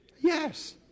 yes